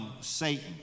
Satan